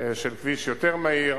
של כביש יותר מהיר,